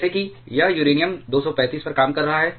जैसे कि यह यूरेनियम 235 पर काम कर रहा है